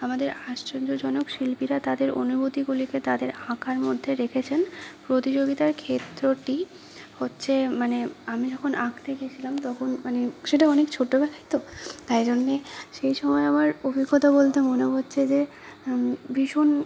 আমাদের আশ্চর্যজনক শিল্পীরা তাদের অনুভূতিগুলিকে তাদের আঁকার মধ্যে রেখেছেন প্রতিযোগিতার ক্ষেত্রটি হচ্ছে মানে আমি যখন আঁকতে গিয়েছিলাম তখন মানে সেটা অনেক ছোটবেলায় তো তাই জন্য সেই সময় আমার অভিজ্ঞতা বলতে মনে পড়ছে যে ভীষণ